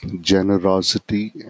generosity